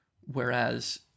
Whereas